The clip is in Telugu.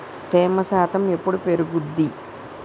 తేమ శాతం ఎప్పుడు పెరుగుద్ది?